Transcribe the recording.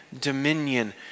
dominion